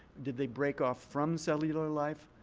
did they break off from cellular life?